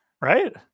right